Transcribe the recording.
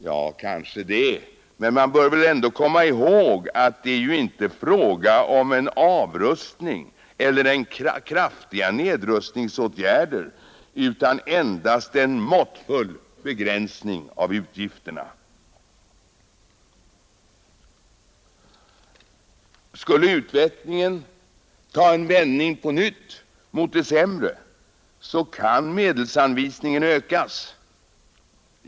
Ja, kanske det, men vi bör ändå komma ihåg att det inte är fråga om en avrustning eller om kraftiga nedrustningsåtgärder utan endast om en måttfull begränsning av utgifterna. Skulle utvecklingen ta en vändning på nytt mot det sämre, kan medelsanvisningen ökas.